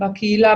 בקהילה,